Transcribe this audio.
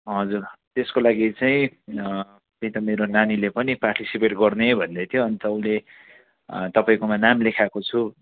हजुर त्यसको लागि चाहिँ त्यही त मेरो नानीले पनि पार्टिसिपेट गर्ने भन्दै थियो अन्त उसले तपाईँकोमा नाम लेखाएको छु